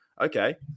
Okay